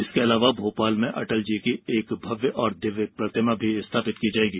इसके अलावा भोपाल में एक भव्य और दिव्य प्रतिमा भी स्थापित की जाएगी